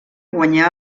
guanyà